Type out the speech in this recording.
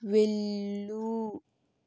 వెళ్ళు